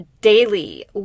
Daily